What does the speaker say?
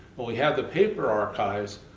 well, we have the paper archives.